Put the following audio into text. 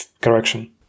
correction